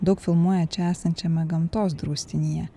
daug filmuoja čia esančiame gamtos draustinyje